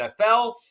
NFL